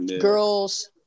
girls